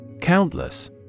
Countless